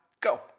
Go